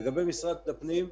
לגבי משרד הפנים,